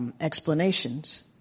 explanations